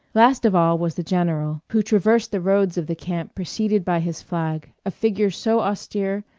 last of all was the general, who traversed the roads of the camp preceded by his flag a figure so austere,